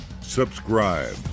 subscribe